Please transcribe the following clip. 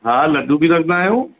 हा लड्डू बि रखंदा आहियूं